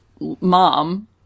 mom